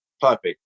perfect